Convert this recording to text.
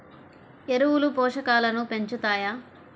ఎరువులు పోషకాలను పెంచుతాయా?